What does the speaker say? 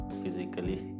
physically